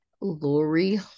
Lori